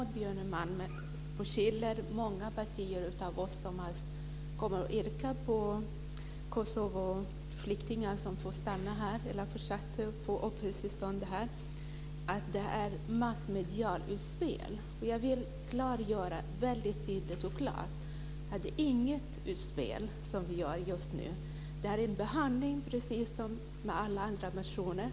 Fru talman! Maud Björnemalm beskyller oss som kommer att yrka på att Kosovoflyktingarna ska få stanna här eller få fortsatt uppehållstillstånd för att ha gjort ett massmedialt utspel. Jag vill klargöra att det inte är något utspel som vi gör just nu. Det är en behandling, precis som man gör med alla andra motioner.